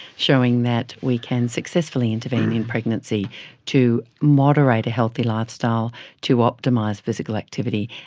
showing that we can successfully intervene in pregnancy to moderate a healthy lifestyle to optimise physical activity.